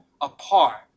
apart